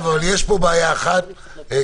יש לנו גם אחריות לתת תשובות לאנשים האלה